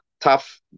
tough